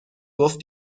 گفت